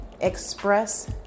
Express